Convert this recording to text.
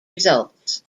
results